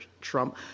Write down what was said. Trump